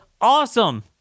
awesome